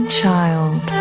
child